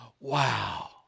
Wow